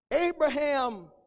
Abraham